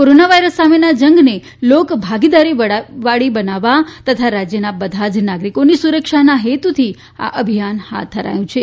corona virus સામેના જંગને લોકભાગીદારીવાળી બનાવવા તથા રાજ્યના બધા જ નાગરિકોની સુરક્ષાના હેતુથી આ અભિયાન હાથ ધરાયું છે